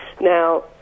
Now